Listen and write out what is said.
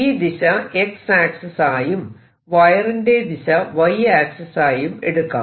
ഈ ദിശ X ആക്സിസ്സായും വയറിന്റെ ദിശ Y ആക്സിസ്സായും എടുക്കാം